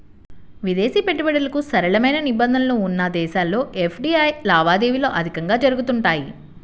విదేశీ పెట్టుబడులకు సరళమైన నిబంధనలు ఉన్న దేశాల్లో ఎఫ్డీఐ లావాదేవీలు అధికంగా జరుగుతుంటాయి